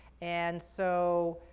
and so